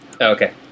Okay